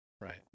Right